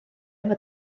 efo